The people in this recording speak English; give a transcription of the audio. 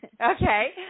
Okay